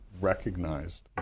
recognized